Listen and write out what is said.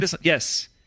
yes